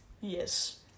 Yes